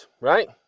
right